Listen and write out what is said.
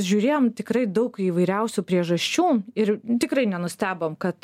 žiūrėjom tikrai daug įvairiausių priežasčių ir tikrai nenustebom kad